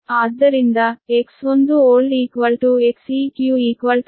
ಆದ್ದರಿಂದ X1old Xeq 0